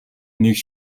нэг